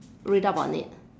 read up on it